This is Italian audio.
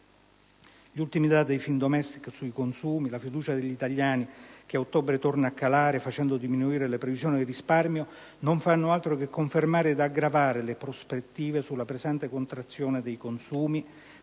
Gli ultimi dati di Findomestic sui consumi e la fiducia degli italiani, che ad ottobre torna a calare facendo diminuire le previsioni di risparmio, non fanno altro che confermare ed aggravare le prospettive sulla pesante contrazione dei consumi